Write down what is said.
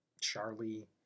Charlie